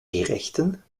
gerechten